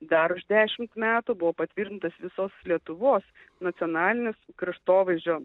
dar už dešimt metų buvo patvirtintas visos lietuvos nacionalinis kraštovaizdžio